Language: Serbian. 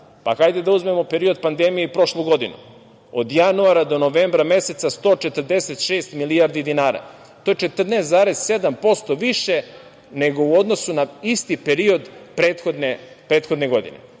Hajde da uzmemo period pandemije i prošlu godinu. Od januara do novembra meseca 146 milijardi dinara. To je 14,7% više nego u odnosu na isti period prethodne godine.